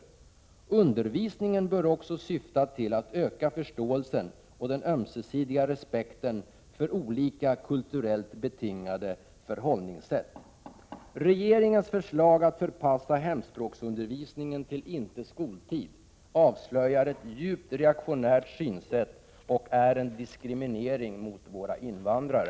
Undervisningen bör också syfta till att öka förståelsen och den ömsesidiga respekten för olika kulturellt betingade förhållningssätt.” Regeringens förslag att förpassa hemspråksundervisningen tillicke skoltid avslöjar ett djupt reaktionärt synsätt och är en diskriminering av våra invandrare: